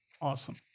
awesome